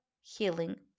healing